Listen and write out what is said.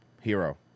Hero